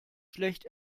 schlecht